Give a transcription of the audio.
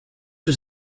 was